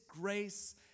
grace